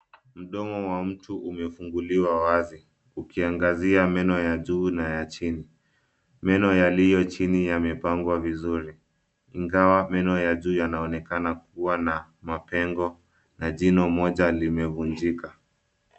Mdomo wa mtu umefunguliwa wazi, ukiangazia meno ya juu na ya chini. Meno yaliyo chini yamepangwa vizuri ingawa meno ya juu yanaonekana kuwa na mapengo na jino moja limevunjika.